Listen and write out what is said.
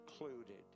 included